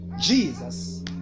Jesus